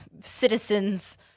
Citizens